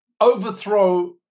overthrow